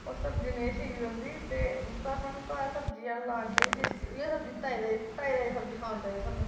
ओह् सब्जी नेईं ठीक रौंह्दी ते सानू घर सब्जी लानी चाहिदी एह् सब्जी ताज़ी ताज़ी सब्जी खानी चाहिदी सानू